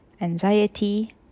anxiety